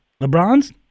LeBron's